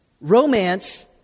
Romance